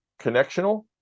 connectional